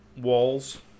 walls